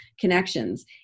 connections